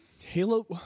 Halo